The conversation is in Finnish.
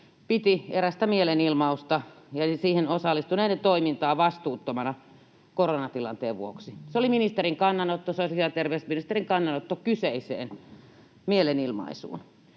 piti erästä mielenilmausta ja siihen osallistuneiden toimintaa vastuuttomana koronatilanteen vuoksi. Se oli ministerin kannanotto, sosiaali‑ ja terveysministerin kannanotto kyseiseen mielenilmaisuun.